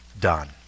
done